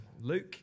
Luke